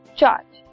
charge